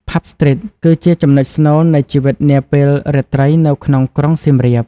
Pub Street គឺជាចំណុចស្នូលនៃជីវិតនាពេលរាត្រីនៅក្នុងក្រុងសៀមរាប។